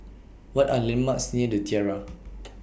What Are landmarks near The Tiara